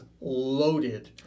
loaded